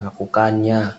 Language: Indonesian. melakukannya